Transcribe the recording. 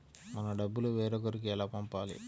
మన డబ్బులు వేరొకరికి ఎలా పంపాలి?